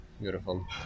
Beautiful